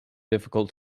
difficult